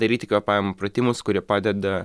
daryti kvėpavimo pratimus kurie padeda